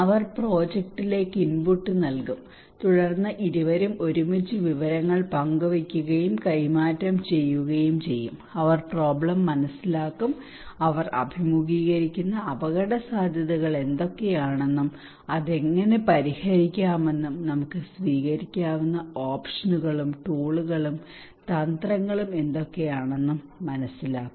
അവർ പ്രോജക്റ്റിലേക്ക് ഇൻപുട്ട് നൽകും തുടർന്ന് ഇരുവരും ഒരുമിച്ച് വിവരങ്ങൾ പങ്കുവെക്കുകയും കൈമാറ്റം ചെയ്യുകയും ചെയ്യും അവർ പ്രോബ്ലം മനസ്സിലാക്കും അവർ അഭിമുഖീകരിക്കുന്ന അപകടസാധ്യതകൾ എന്തൊക്കെയാണെന്നും അത് എങ്ങനെ പരിഹരിക്കാമെന്നും നമുക്ക് സ്വീകരിക്കാവുന്ന ഓപ്ഷനുകളും ടൂളുകളും തന്ത്രങ്ങളും എന്തൊക്കെയാണെന്നും മനസ്സിലാക്കും